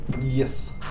Yes